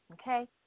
Okay